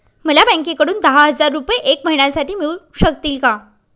मला बँकेकडून दहा हजार रुपये एक महिन्यांसाठी मिळू शकतील का?